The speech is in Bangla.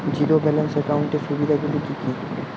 জীরো ব্যালান্স একাউন্টের সুবিধা গুলি কি কি?